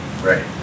Right